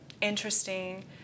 interesting